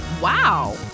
Wow